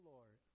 Lord